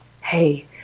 Hey